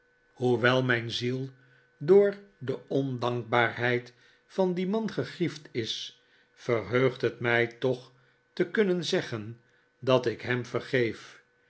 hoewel mijn ziel door de ondankbaarheid van dien man gegriefd is verheugt het mij toch te kunnen zeggen dat ik hem vergeef